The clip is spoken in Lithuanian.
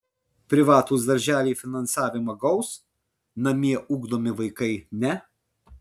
privatūs darželiai finansavimą gaus namie ugdomi vaikai ne